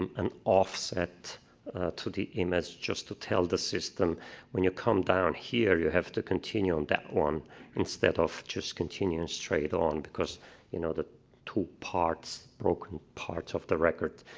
um an offset to the image just to tell the system when you come down here you have to continue on that one instead of just continuing straight on because you know the two parts, broken parts of the record,